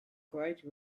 quite